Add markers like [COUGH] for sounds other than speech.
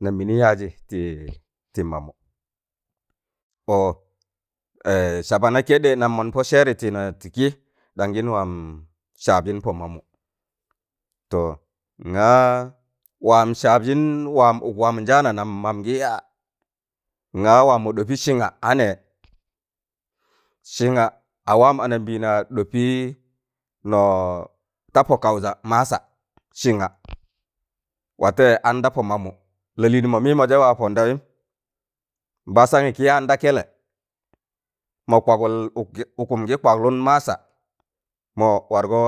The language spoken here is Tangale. Nam mịnị yaajị tị- tị mamụ ọọ [HESITATION] saba nẹ keɗẹ nam mọn na pọ sẹeri tị ne [HESITATION] ti kịị ɗanjịn waam saabjịn pọ mamụ to ngaa waam saabjịn waam uk waam njaanan nam mam. Gị yaa, ngaa waan mọ ɗọpị, sịnga a nẹẹ sịnga a waan anambịịna ɗọpịị nọọ ta pọ kaụza masa sịnga watẹị an da pọ mamụ lalịịn mọ mịịmọjẹ wa pọndawịm mbasan ikiị yaan da kẹlẹ ma kwagụl ukki ụkụm gị kwaglụn masa mọ wargọ